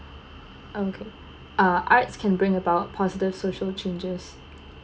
okay uh arts can bring about positive social changes